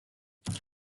tout